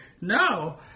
No